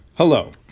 hello